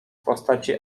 postaci